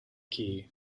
key